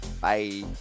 Bye